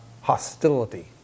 hostility